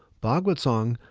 bagua zhang,